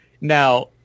Now